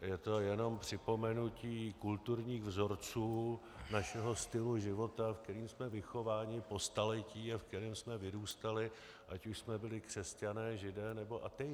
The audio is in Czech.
Je to jenom připomenutí kulturních vzorců našeho stylu života, v kterém jsme vychováváni po staletí a v kterém jsme vyrůstali, ať už jsme byli křesťané, židé, nebo ateisté.